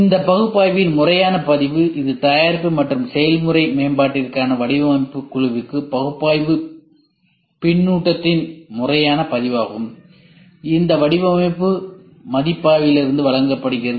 அந்த பகுப்பாய்வின் முறையான பதிவு இது தயாரிப்பு மற்றும் செயல்முறை மேம்பாட்டிற்கான வடிவமைப்புக் குழுவுக்கு பகுப்பாய்வு பின்னூட்டத்தின் முறையான பதிவாகும் இந்த வடிவமைப்பு மதிப்பாய்விலிருந்து வழங்கப்படுகிறது